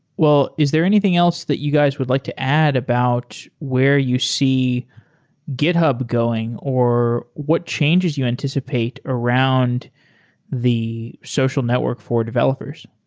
well, is there anything else that you guys would like to add about where you see github going or what changes you anticipate around the social network for developers?